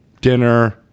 dinner